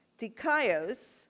dikaios